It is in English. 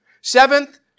Seventh